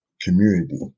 community